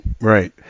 right